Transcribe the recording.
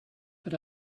but